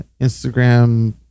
Instagram